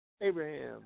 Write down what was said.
Abraham